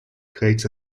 creates